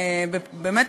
באמת,